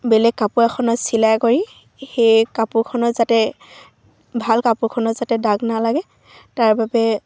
বেলেগ কাপোৰ এখনত চিলাই কৰি সেই কাপোৰখনৰ যাতে ভাল কাপোৰখনৰ যাতে দাগ নালাগে তাৰ বাবে